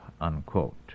unquote